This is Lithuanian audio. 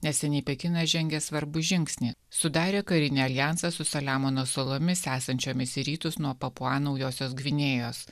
neseniai pekinas žengė svarbų žingsnį sudarė karinį aljansą su saliamono salomis esančiomis į rytus nuo papua naujosios gvinėjos